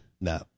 no